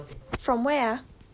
from where ah